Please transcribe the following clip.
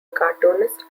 cartoonist